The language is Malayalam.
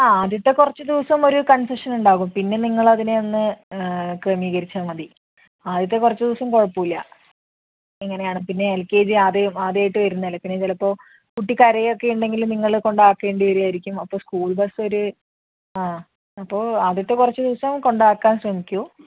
ആ ആദ്യത്തെ കുറച്ച് ദിവസം ഒരു കൺഫ്യൂഷൻ ഉണ്ടാകും പിന്നെ നിങ്ങൾ അതിനെയൊന്ന് ക്രമീകരിച്ചാൽ മതി ആദ്യത്തെ കുറച്ച് ദിവസം കുഴപ്പമില്ല എങ്ങനെയാണ് പിന്നെ എൽ കെ ജി ആദ്യം ആദ്യമായിട്ട് വരുന്നതല്ലേ പിന്നേയും ചിലപ്പോൾ കുട്ടി കരയുകയൊക്കെ ഉണ്ടെങ്കിൽ നിങ്ങൾ കൊണ്ട് ആക്കേണ്ടി വരുമായിരിക്കും അപ്പോൾ സ്കൂൾ ബസ്സൊരു ആ അപ്പോൾ ആദ്യത്തെ കുറച്ച് ദിവസം കൊണ്ടാക്കാൻ ശ്രമിക്കൂ